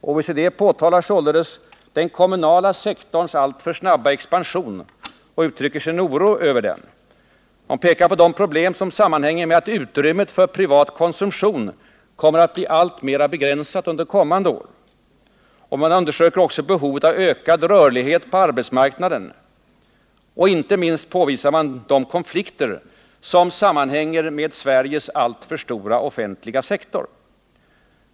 OECD påtalar således den kommunala sektorns alltför snabba expansion, uttrycker sin oro över den. OECD påvisar också de problem som sammanhänger med att utrymmet för den privata konsumtionen kommer att bli allt mer begränsat under kommande år. Organisationen understryker vidare behovet av ökad rörlighet på arbetsmarknaden. Och inte minst påvisar man de konflikter som sammanhänger med Sveriges alltför stora offentliga sektor.